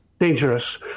dangerous